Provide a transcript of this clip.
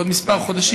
בעוד כמה חודשים,